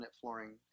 flooring